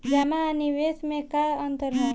जमा आ निवेश में का अंतर ह?